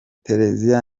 therese